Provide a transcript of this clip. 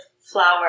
flour